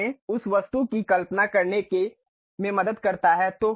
यह हमें उस वस्तु की कल्पना करने में मदद करता है